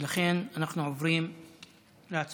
ולכן אנחנו עוברים להצבעה.